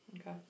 Okay